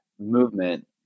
movement